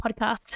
podcast